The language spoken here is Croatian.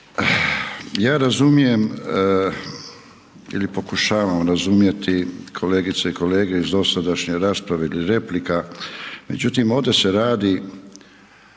Ja razumijem ili pokušavam razumjeti kolegice i kolege iz dosadašnje rasprave replika, međutim, ovdje se radi